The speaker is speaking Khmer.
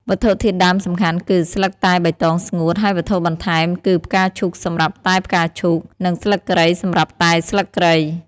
វត្ថុធាតុដើមសំខាន់គឺ ស្លឹកតែបៃតងស្ងួត ហើយវត្ថុបន្ថែមគឺផ្កាឈូកសម្រាប់តែផ្កាឈូក និងស្លឹកគ្រៃសម្រាប់តែស្លឹកគ្រៃ។